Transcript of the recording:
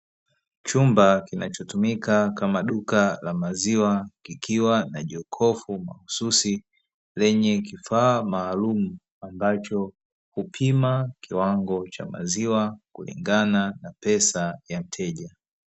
Chumba kinachotumika kama duka la maziwa, kikiwa na jokofu mahususi lenye kifaa maalumu, ambacho hupima kiwango cha maziwa kulingana na pesa ya mteja.